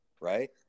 right